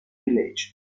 village